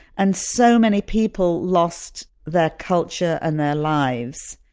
and so many people lost their culture and their lives.